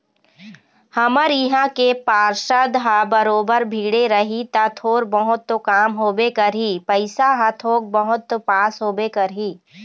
हमर इहाँ के पार्षद ह बरोबर भीड़े रही ता थोर बहुत तो काम होबे करही पइसा ह थोक बहुत तो पास होबे करही